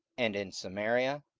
and in samaria,